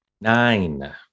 Nine